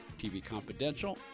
tvconfidential